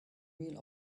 real